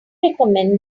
recommend